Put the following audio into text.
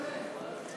משה, אז איך?